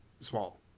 small